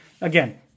again